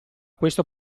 questo